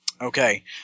Okay